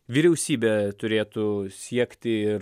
vyriausybė turėtų siekti ir